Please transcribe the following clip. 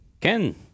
Ken